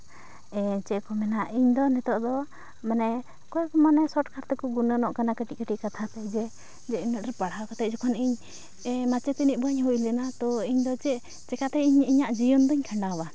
ᱪᱮᱫ ᱠᱚ ᱢᱮᱱᱟ ᱤᱧ ᱫᱚ ᱱᱤᱛᱳᱜ ᱫᱚ ᱢᱟᱱᱮ ᱠᱚᱭᱮᱠ ᱢᱟᱱᱮ ᱥᱚᱴ ᱠᱟᱴ ᱛᱮᱠᱚ ᱜᱩᱱᱟᱹᱱᱚᱜ ᱠᱟᱱᱟ ᱠᱟᱹᱴᱤᱡ ᱠᱟᱹᱴᱤᱡ ᱠᱟᱛᱷᱟ ᱛᱮ ᱡᱮ ᱤᱱᱟᱹᱜ ᱰᱷᱮᱨ ᱯᱟᱲᱦᱟᱣ ᱠᱟᱛᱮᱫ ᱡᱚᱠᱷᱚᱱ ᱤᱧ ᱢᱟᱪᱮᱛᱟ ᱱᱤ ᱵᱟᱹᱧ ᱦᱩ ᱞᱮᱱᱟ ᱛᱚ ᱤᱧ ᱫᱚ ᱪᱮᱫ ᱪᱮᱠᱟᱛᱮ ᱤᱧᱟᱹᱜ ᱡᱤᱭᱚᱱ ᱫᱚᱧ ᱠᱷᱟᱸᱰᱟᱣᱟ